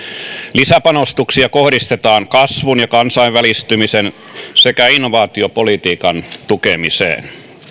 lisäpanostuksia kohdistetaan kasvun ja kansainvälistymisen sekä innovaatiopolitiikan tukemiseen